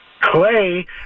Clay